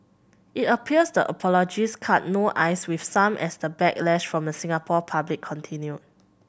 it appears the apologies cut no ice with some as the backlash from the Singapore public continued